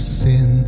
sin